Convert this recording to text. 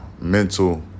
mental